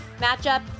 matchup